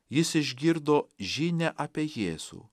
jis išgirdo žinią apie jėzų